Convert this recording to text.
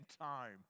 time